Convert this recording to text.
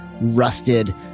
rusted